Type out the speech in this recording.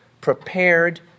prepared